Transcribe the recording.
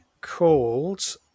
called